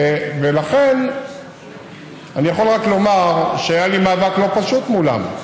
אני יכול רק לומר שהיה לי מאבק לא פשוט מולם.